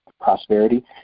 prosperity